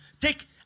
Take